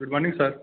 good morning sir